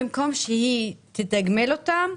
במקום שהיא תתגמל אותם,